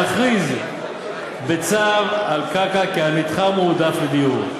להכריז בצו על קרקע כעל מתחם מועדף לדיור.